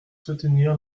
soutenir